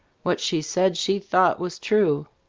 what she said she thought was true.